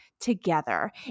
together